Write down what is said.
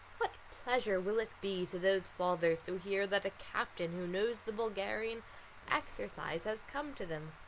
what pleasure will it be to those fathers to hear that a captain who knows the bulgarian exercise has come to them!